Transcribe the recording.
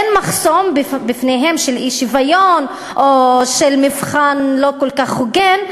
שאין בפניהן מחסום של אי-שוויון או של מבחן לא כל כך הוגן.